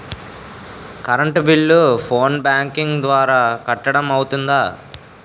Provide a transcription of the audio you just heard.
Current bill phone banking ద్వారా కట్టడం అవ్తుందా?